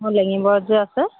মোৰ লেঙিবৰত যে আছে